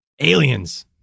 Aliens